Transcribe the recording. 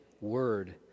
Word